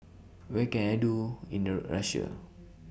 What Can I Do in The Russia